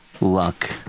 Luck